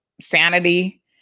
sanity